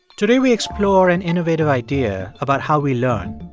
today, we explore an innovative idea about how we learn.